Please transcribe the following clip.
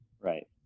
Right